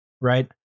Right